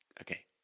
Okay